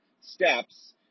steps